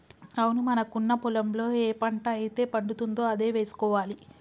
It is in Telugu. అవును మనకున్న పొలంలో ఏ పంట అయితే పండుతుందో అదే వేసుకోవాలి